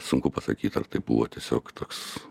sunku pasakyt ar tai buvo tiesiog toks